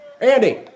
Andy